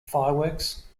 fireworks